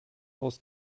aus